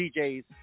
DJs